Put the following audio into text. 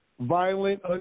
violent